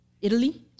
Italy